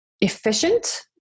efficient